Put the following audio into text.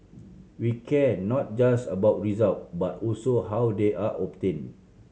we care not just about result but also how they are obtained